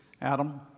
Adam